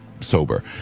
sober